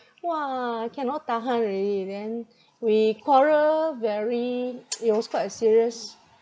!wah! cannot tahan already then we quarrel very it was quite a serious